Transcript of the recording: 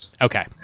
Okay